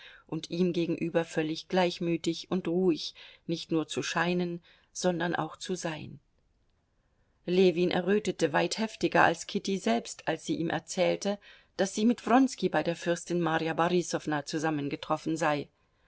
und ihm gegenüber völlig gleichmütig und ruhig nicht nur zu scheinen sondern auch zu sein ljewin errötete weit heftiger als kitty selbst als sie ihm erzählte daß sie mit wronski bei der fürstin marja borisowna zusammengetroffen sei